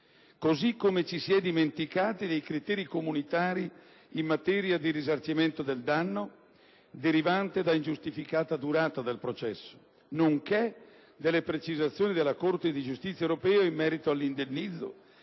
così come ci si è dimenticati dei criteri comunitari in materia di risarcimento del danno derivante da ingiustificata durata del processo, nonché delle precisazioni della Corte di giustizia europea in merito all'indennizzo